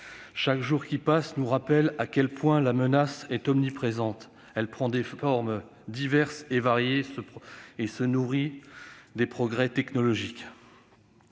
Chaque jour qui passe nous rappelle à quel point la menace est omniprésente. Elle prend des formes diverses et variées et se nourrit des progrès technologiques.